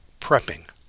prepping